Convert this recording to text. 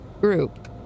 group